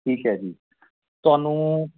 ਠੀਕ ਹੈ ਜੀ ਤੁਹਾਨੂੰ